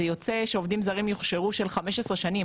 זה יוצא שעובדים יוכשרו של 15 שנים,